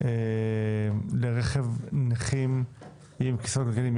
לרכב נכה עם כיסא גלגלים?